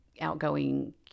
outgoing